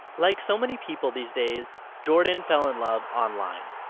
like so many people these days, jordan fell in love online.